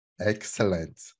Excellent